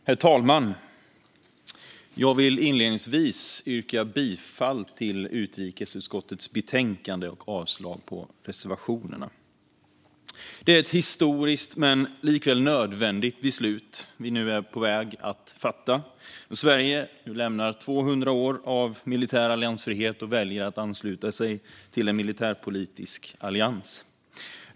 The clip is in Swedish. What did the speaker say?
Herr talman! Jag vill inledningsvis yrka bifall till utrikesutskottets förslag i betänkandet och avslag på reservationerna. Det är ett historiskt och nödvändigt beslut vi nu är på väg att fatta. Sverige lämnar 200 år av militär alliansfrihet och väljer att ansluta sig till en militärpolitisk allians.